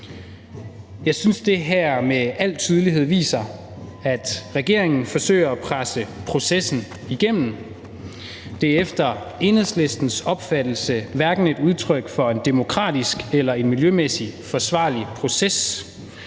Jeg synes, at det her med al tydelighed viser, at regeringen forsøger at presse processen igennem. Det er efter Enhedslistens opfattelse hverken et udtryk for en demokratisk eller en miljømæssig forsvarlig proces.